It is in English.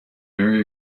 very